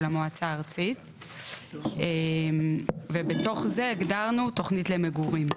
המועצה הארצית ובתוך זה הגדרנו תוכנית למגורים.